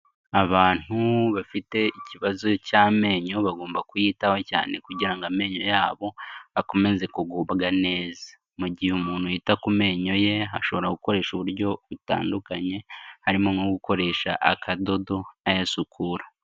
Abantu bafite ikibazo cy'amenyo bagomba kuyitaho cyane kugira ngo amenyo yabo akomeze kugubwa neza, mu gihe umuntu yita ku menyo ye ashobora gukoresha uburyo butandukanye harimo nko gukoresha akadodo ayasukura.